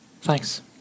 Thanks